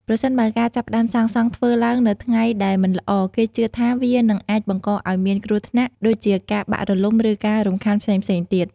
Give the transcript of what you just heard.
ប្រសិនបើការចាប់ផ្តើមសាងសង់ធ្វើឡើងនៅថ្ងៃដែលមិនល្អ គេជឿថាវានឹងអាចបង្កឲ្យមានគ្រោះថ្នាក់ ដូចជាការបាក់រលំឬការរំខានផ្សេងៗទៀត។